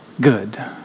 good